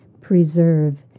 Preserve